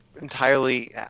entirely